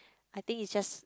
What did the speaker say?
I think is just